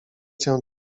cię